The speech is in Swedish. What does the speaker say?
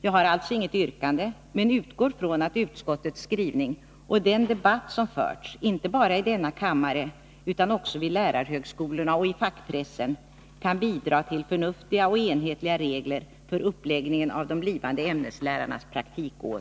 Jag har alltså inget yrkande, men utgår från att utskottets skrivning och den debatt som förts — inte bara i denna kammare utan också vid lärarhögskolorna och i fackpressen — kan bidra till förnuftiga och enhetliga regler för uppläggningen av de blivande ämneslärarnas praktikår.